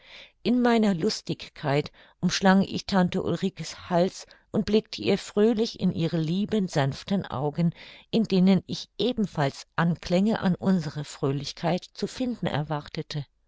in meiner lustigkeit umschlang ich tante ulrike's hals und blickte ihr fröhlich in ihre lieben sanften augen in denen ich ebenfalls anklänge an unsere fröhlichkeit zu finden erwartete